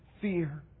fear